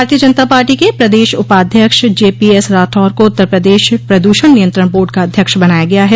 भारतीय जनता पार्टी के प्रदेश उपाध्यक्ष जेपीएसराठौर को उत्तर प्रदेश प्रदूषण नियंत्रण बोर्ड का अध्यक्ष बनाया गया है